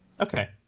okay